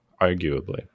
arguably